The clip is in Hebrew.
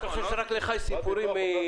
אתה חושב שרק לך יש סיפורים מאוקראינה,